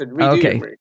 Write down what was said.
Okay